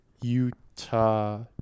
Utah